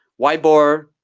whiteboard,